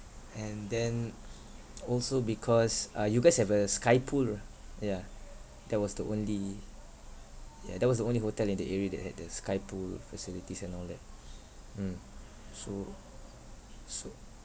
and then also because uh you guys have a sky pool ah yeah that was the only yeah that was the only hotel in the area that had a sky pool facilities and all that mm so so